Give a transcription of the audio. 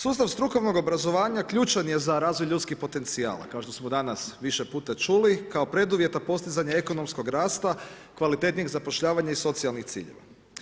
Sustav strukovnog obrazovanja, ključan je za razvoj ljudskih potencijala, kao što smo danas više puta čuli, kao preduvjet za postizanje ekonomskog rasta, kvalitetnijeg zapošljavanja i socijalnih ciljeva.